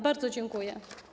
Bardzo dziękuję.